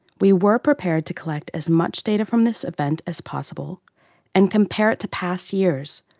we were prepared to collect as much data from this event as possible and compare it to past years,